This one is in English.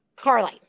Carly